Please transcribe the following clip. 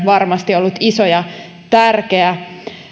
varmasti ollut iso ja tärkeä